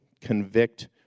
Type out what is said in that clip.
convict